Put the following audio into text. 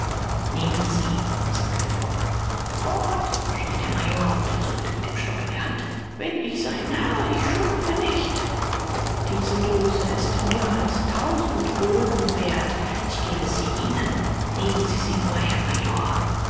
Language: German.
nehmen sie sagte frock fort schrie der major und zuckte mit dem stock in der hand bin ich sein narr ich schnupfe nicht diese dose ist mehr als tausend gulden wert ich gebe sie ihnen nehmen sie sie nur herr major